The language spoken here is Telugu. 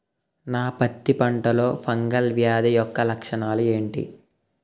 నా పత్తి పంటలో ఫంగల్ వ్యాధి యెక్క లక్షణాలు ఏంటి?